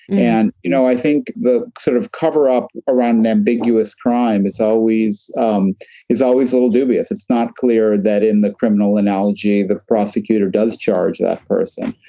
and you know i think the sort of cover up around ambiguous crime is always um is always a little dubious it's not clear that in the criminal analogy the prosecutor does charge that person.